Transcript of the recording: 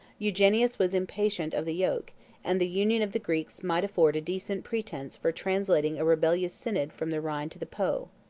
eugenius was impatient of the yoke and the union of the greeks might afford a decent pretence for translating a rebellious synod from the rhine to the po.